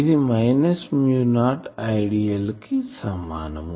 ఇది minus mu naught Idl కి సమానం